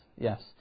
yes